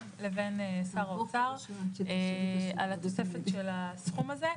לבין שר האוצר על התוספת של הסכום הזה.